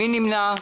מי נמנע?